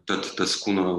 tad tas kūno